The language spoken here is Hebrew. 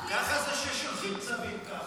--- 30 מתוך 500. ככה זה כששולחים צווים ככה.